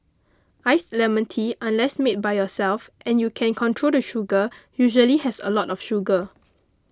iced lemon tea unless made by yourself and you can control the sugar usually has a lot of sugar